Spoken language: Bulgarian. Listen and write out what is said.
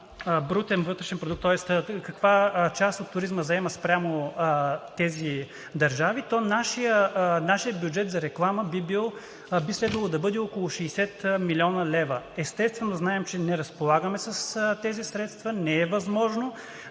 брутен вътрешен продукт, тоест каква част от туризма заема спрямо тези държави, то нашият бюджет за реклама би следвало да бъде около 60 млн. лв. Естествено, знаем, че не разполагаме с тези средства, не е възможно,